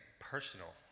personal